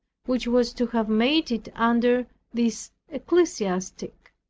which was to have made it under this ecclesiastic.